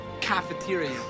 cafeteria